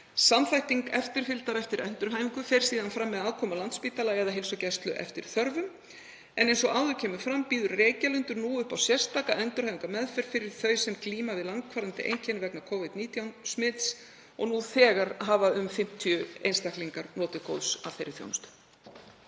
Samþætting eftirfylgdar eftir endurhæfingu fer síðan fram með aðkomu að Landspítala eða heilsugæslu eftir þörfum. Eins og áður kemur fram býður Reykjalundur nú upp á sérstaka endurhæfingarmeðferð fyrir þau sem glíma við langvarandi einkenni vegna Covid-19 smits og nú þegar hafa um 50 einstaklingar notið góðs af þeirri þjónustu.